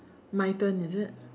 my turn is it